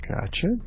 Gotcha